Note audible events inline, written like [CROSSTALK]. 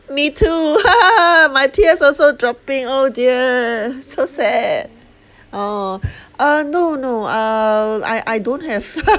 me too [LAUGHS] my tears also dropping oh dear so sad oh uh no no uh I I don't have